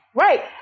Right